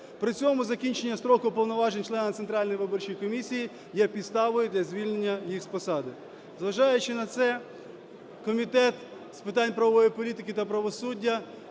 При цьому закінчення строку повноважень члена Центральної виборчої комісії є підставою для звільнення їх з посади. Зважаючи на це, Комітет з питань правової політики та правосуддя